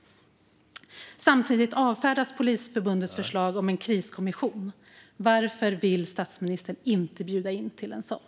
Samtidigt avfärdas Polisförbundets förslag om en kriskommission. Varför vill statsministern inte bjuda in till en sådan?